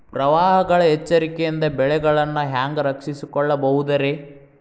ಪ್ರವಾಹಗಳ ಎಚ್ಚರಿಕೆಯಿಂದ ಬೆಳೆಗಳನ್ನ ಹ್ಯಾಂಗ ರಕ್ಷಿಸಿಕೊಳ್ಳಬಹುದುರೇ?